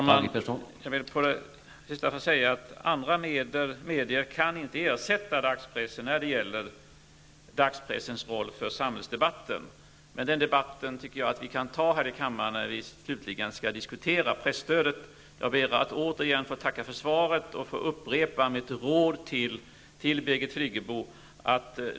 Herr talman! Jag vill bara till sist säga att andra medier inte kan ersätta dagspressen i dess roll i samhällsdebatten. Men den debatten tycker jag att vi kan föra här i kammaren när vi slutligen skall diskutera presstödet. Jag ber att återigen få tacka för svaret och upprepar mitt råd till Birgit Friggebo.